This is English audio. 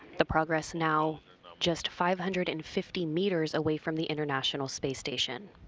the progress now just five hundred and fifty meters away from the international space station.